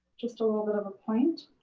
just a little bit of a point.